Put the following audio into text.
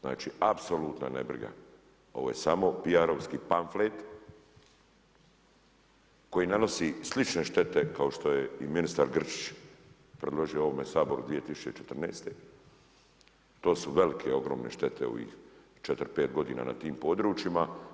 Znači apsolutna nebriga, ovo je samo PR-ovsi pamflet koji nanosi slične štete kao što je ministar Grčić predložio u ovome Saboru 2014. to su velike ogromne štete u ovih četiri, pet godina na tim područjima.